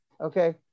Okay